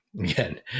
Again